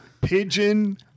pigeon